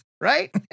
Right